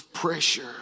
pressure